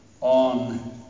on